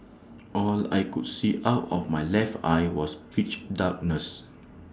all I could see out of my left eye was pitch darkness